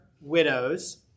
widows